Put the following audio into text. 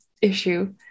issue